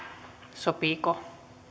sopiiko